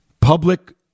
public